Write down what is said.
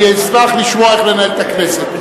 אני אשמח לשמוע איך לנהל את הכנסת.